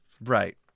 Right